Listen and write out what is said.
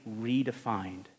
redefined